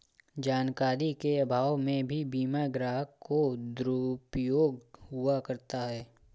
जानकारी के अभाव में भी बीमा ग्राहक का दुरुपयोग हुआ करता है